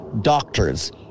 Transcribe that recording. Doctors